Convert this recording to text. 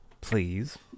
please